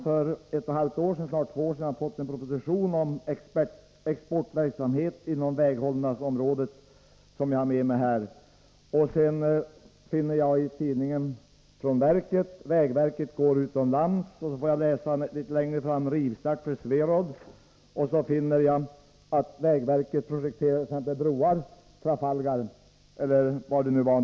För snart två år sedan lade regeringen fram en proposition om exportverksamhet inom väghållningsområdet, som jag har med mig här. Jag finner i tidningen Vårt verk från vägverket en artikel under rubriken Vägverket går utomlands, och i ett annat nummer av samma tidning finns en artikel med rubriken Rivstart för SweRoad. Jag har också läst att vägverket vill projektera broar, exempelvis vid Gibraltar.